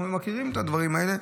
אנחנו מכירים את הדברים האלה,